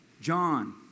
John